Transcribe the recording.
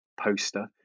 poster